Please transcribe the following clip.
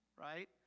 right